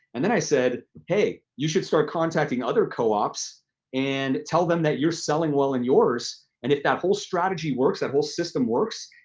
and then, i said, hey, you should start contacting other coops and tell them that you're selling well in yours and if that whole strategy works, that whole system works,